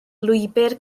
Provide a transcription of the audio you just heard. lwybr